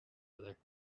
other